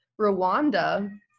Rwanda